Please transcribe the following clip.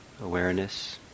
awareness